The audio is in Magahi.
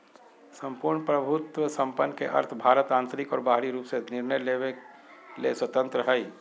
सम्पूर्ण प्रभुत्वसम्पन् के अर्थ भारत आन्तरिक और बाहरी रूप से निर्णय लेवे ले स्वतन्त्रत हइ